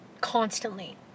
constantly